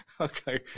okay